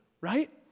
right